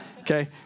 Okay